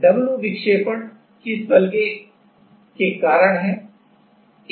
तो w विक्षेपण किस बल F के कारण है